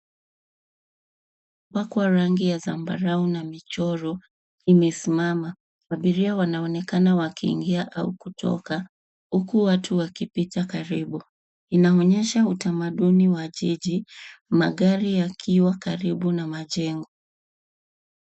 Imepakwa rangi ya zambarau na michoro imesimama. Abiria wanaonekana wakiingia au kutoka huku watu wakipita karibu. Inaonyesha utamaduni wa jiji, magari yakiwa karibu na majengo.